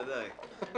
כן, ודאי.